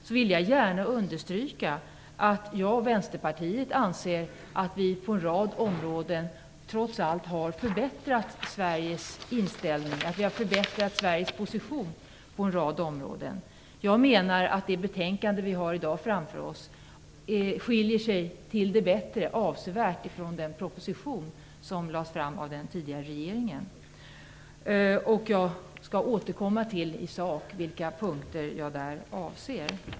Jag vill då gärna understryka att jag och Vänsterpartiet anser att vi har förbättrat Sveriges position på en rad områden. Jag menar att det betänkande vi i dag har framför oss skiljer sig avsevärt till det bättre från den proposition som lades fram av den tidigare regeringen. Jag skall återkomma till vilka punkter jag avser i sak.